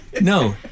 No